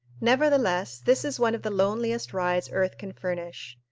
nevertheless, this is one of the loneliest rides earth can furnish.